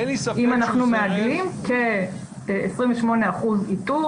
אין לי ספק שזירז --- אם אנחנו מעגלים כ-28% איתור,